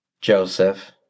Joseph